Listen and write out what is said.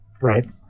right